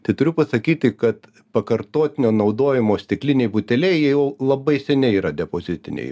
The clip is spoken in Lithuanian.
tai turiu pasakyti kad pakartotinio naudojimo stikliniai buteliai jie jau labai seniai yra depozitiniai